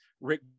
Rick